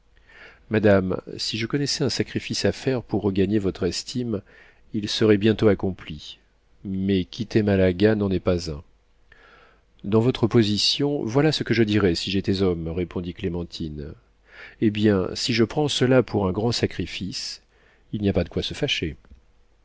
madame si je connaissais un sacrifice à faire pour regagner votre estime il serait bientôt accompli mais quitter malaga n'en est pas un dans votre position voilà ce que je dirais si j'étais homme répondit clémentine eh bien si je prends cela pour un grand sacrifice il n'y a pas de quoi se fâcher